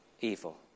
evil